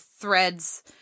threads